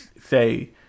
say